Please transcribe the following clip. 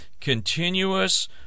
continuous